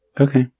Okay